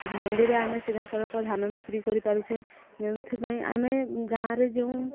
ମଣ୍ଡିରେ ଆମେ ସିଧାସଳଖ ଧାନ ବିକ୍ରି କରିପାରୁଛେ ଯେଉଁଥି ପାଇଁ ଆମେ ଗାଁରେ ଯେଉଁ